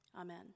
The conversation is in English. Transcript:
Amen